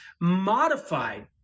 modified